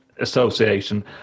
Association